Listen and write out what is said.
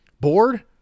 Bored